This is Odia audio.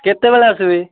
କେତେବେଳେ ଆସିବି